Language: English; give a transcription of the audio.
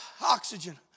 oxygen